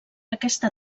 aquesta